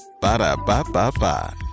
Ba-da-ba-ba-ba